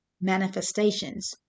manifestations